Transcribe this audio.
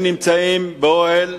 הם נמצאים באוהל